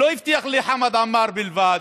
הוא לא הבטיח לחמד עמאר בלבד,